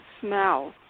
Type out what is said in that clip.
smell